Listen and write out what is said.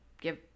Give